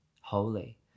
holy